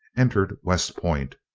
entered west point.